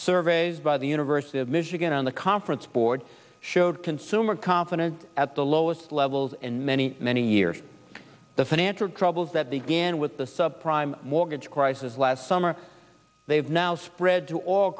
surveys by the university of michigan on the conference board showed consumer confidence at the lowest levels in many many years the financial troubles that began with the subprime mortgage crisis last summer they have now spread